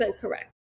correct